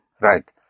Right